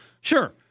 Sure